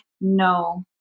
no